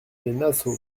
nassau